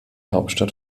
hauptstadt